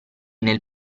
nel